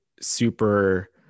super